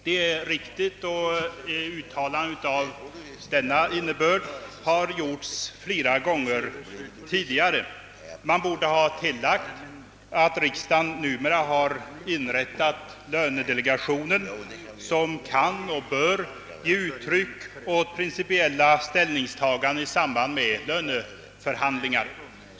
Detta är riktigt. Uttalanden av denna innebörd har gjorts flera gånger tidigare. Man borde ha tillagt att riksdagen numera har inrättat en lönedelegation som kan och bör ge uttryck åt principiella ställningstaganden i samband med löneförhandlingar.